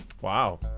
Wow